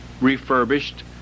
refurbished